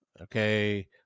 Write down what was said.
Okay